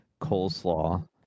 coleslaw